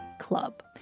club